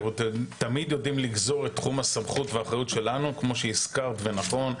תמיד יודעים לגזור את תחום הסמכות והאחריות שלנו כמו שהזכרת ונכון,